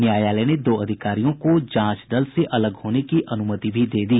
न्यायालय ने दो अधिकारियों को जांच दल से अलग होने की अनूमति भी दे दी